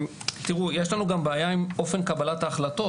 תראו, יש לנו גם בעיה עם אופן קבלת ההחלטות.